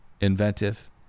inventive